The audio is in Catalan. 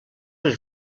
les